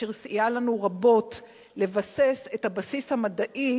אשר סייעה לנו רבות לבסס את הבסיס המדעי